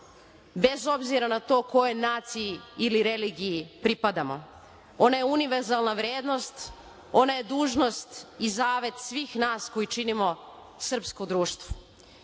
bez obzira na to kojoj naciji ili religiji pripadamo. Ona je univerzalna vrednost, ona je dužnost i zavet svih nas koji činimo srpsko društvo.